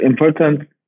important